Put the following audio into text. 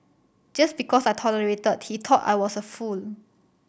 just because I tolerated he thought I was a fool